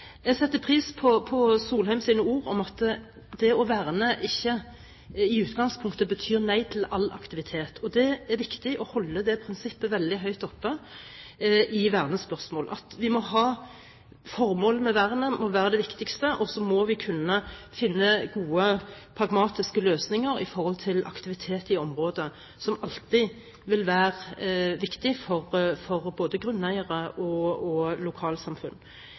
Jeg setter pris på Solheims ord om at det å verne ikke i utgangspunktet betyr nei til all aktivitet. Det er viktig å holde det prinsippet veldig høyt oppe i vernespørsmål. At vi må ha formål med vernet, må være det viktigste. Så må vi kunne finne gode pragmatiske løsninger i forbindelse med aktivitet i området, som alltid vil være viktig for både grunneiere og lokalsamfunn.